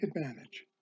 advantage